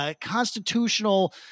constitutional